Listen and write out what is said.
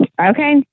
Okay